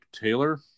Taylor